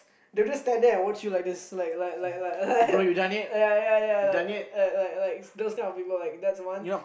they just stand there and watch you like there's ya ya ya like like like like ya ya ya like like like those kind of people that's the one